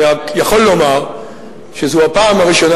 אני רק יכול לומר שזו הפעם הראשונה,